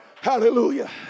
Hallelujah